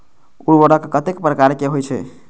उर्वरक कतेक प्रकार के होई छै?